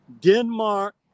Denmark